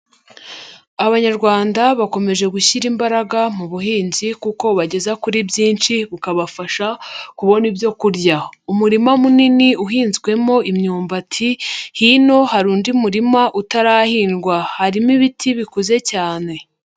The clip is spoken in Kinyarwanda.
Abanyarwanda bakomeje gushyira imbaraga mu buhinzi kuko bubageza kuri byinshi ukabafasha kubona ibyo kurya. Umurima munini uhinzwemo imyumbati hino hari undi murima utarahingwa, harimo ibiti bikuze cyane.